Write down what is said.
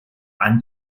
ein